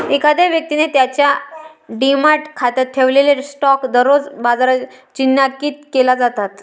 एखाद्या व्यक्तीने त्याच्या डिमॅट खात्यात ठेवलेले स्टॉक दररोज बाजारात चिन्हांकित केले जातात